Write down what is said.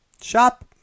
Shop